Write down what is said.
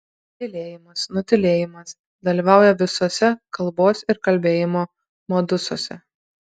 tylėjimas nutylėjimas dalyvauja visuose kalbos ir kalbėjimo modusuose